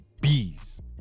bees